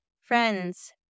Friends